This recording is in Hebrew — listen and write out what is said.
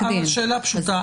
השאלה פשוטה.